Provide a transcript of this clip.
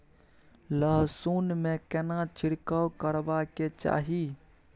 लहसुन में केना छिरकाव करबा के चाही?